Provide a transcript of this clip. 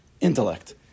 intellect